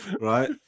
Right